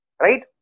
right